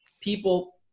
people